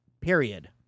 period